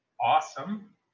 awesome